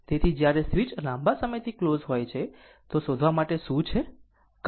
તેથી જ્યારે સ્વીચ લાંબા સમયથી ક્લોઝ હોય છે તો શોધવા માટે શું છે